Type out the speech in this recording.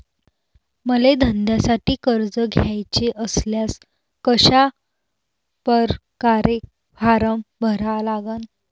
मले धंद्यासाठी कर्ज घ्याचे असल्यास कशा परकारे फारम भरा लागन?